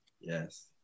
yes